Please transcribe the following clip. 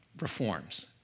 reforms